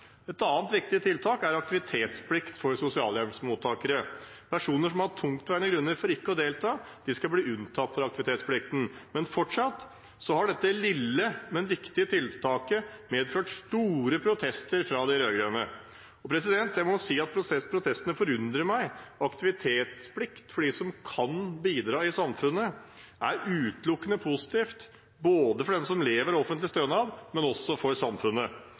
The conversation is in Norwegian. Et annet viktig tiltak er aktivitetsplikt for sosialhjelpsmottakere. Personer som har tungtveiende grunner for ikke å delta, skal bli unntatt fra aktivitetsplikten. Men fortsatt har dette lille, men viktige tiltaket medført store protester fra de rød-grønne. Jeg må si at protestene forundrer meg. Aktivitetsplikt for dem som kan bidra i samfunnet, er utelukkende positivt både for dem som lever av offentlig stønad, og for samfunnet.